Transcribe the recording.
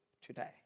today